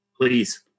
please